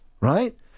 right